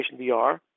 VR